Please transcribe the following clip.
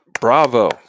Bravo